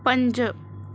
पंज